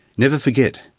never forget,